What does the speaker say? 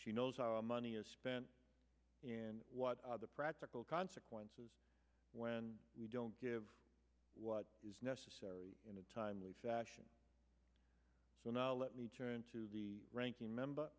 she knows how money is spent and what the practical consequences when we don't give what is necessary in a timely fashion so now let me turn to the ranking member